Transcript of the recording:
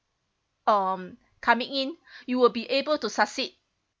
um coming in you will be able to succeed